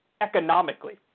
economically